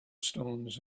stones